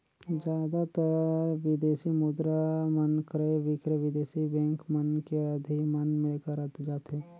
जादातर बिदेसी मुद्रा मन क्रय बिक्रय बिदेसी बेंक मन के अधिमन ले करत जाथे